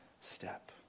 step